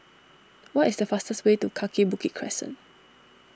what is the fastest way to Kaki Bukit Crescent